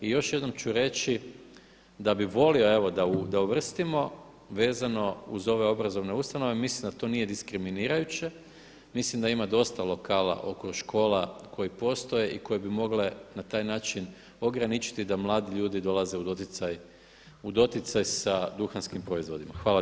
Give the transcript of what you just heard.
I još jednom ću reći da bih volio evo da uvrstimo vezano uz ove obrazovne ustanove, mislim da to nije diskriminirajuće, mislim da ima dosta lokala oko škola koji postoje i koje bi mogle na taj način ograničiti da mladi ljudi dolaze u doticaj sa duhanskim proizvodima.